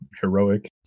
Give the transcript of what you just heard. Heroic